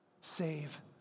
Save